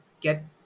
get